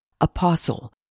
Apostle